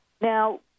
Now